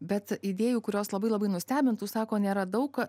bet idėjų kurios labai labai nustebintų sako nėra daug